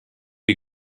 you